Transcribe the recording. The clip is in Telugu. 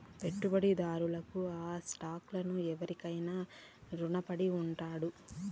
పెట్టుబడిదారుడు ఆ స్టాక్ లను ఎవురికైనా రునపడి ఉండాడు